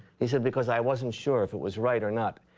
he said, because i wasn't sure if it was right or not.